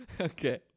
Okay